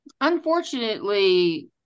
unfortunately